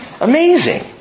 Amazing